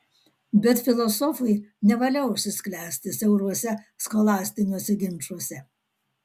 bet filosofui nevalia užsisklęsti siauruose scholastiniuose ginčuose